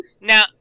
Now